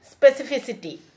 specificity